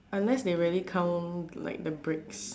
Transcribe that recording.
unless they really count like the breaks